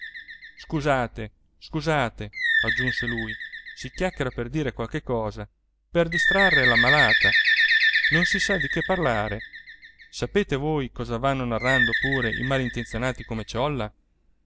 scusate scusate aggiunse lui si chiacchiera per dire qualche cosa per distrarre l'ammalata non si sa di che parlare sapete voi cosa vanno narrando pure i malintenzionati come ciolla